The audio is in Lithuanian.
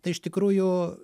tai iš tikrųjų